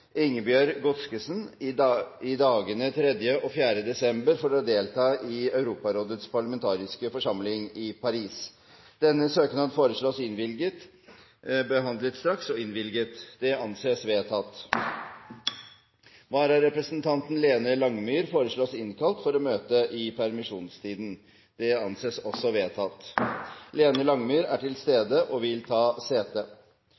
Ingebjørg Godskesen i dagene 3. og 4. desember for å delta i møte i Europarådets parlamentariske forsamling i Paris. Denne søknaden foreslås behandlet straks og innvilget. – Det anses vedtatt. Vararepresentanten, Lene Langemyr, foreslås innkalt for å møte i permisjonstiden. – Det anses vedtatt. Lene Langemyr er til stede og vil ta sete.